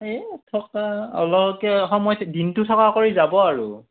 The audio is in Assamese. এই থকা অলপকৈ সময় দিনটো থকা কৰি যাব আৰু